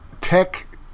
tech